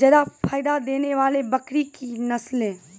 जादा फायदा देने वाले बकरी की नसले?